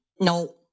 No